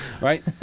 right